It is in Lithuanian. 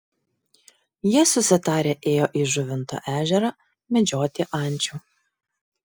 jie susitarę ėjo į žuvinto ežerą medžioti ančių